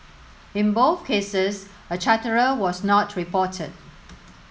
in both cases a charterer was not reported